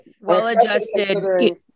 Well-adjusted